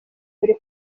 muri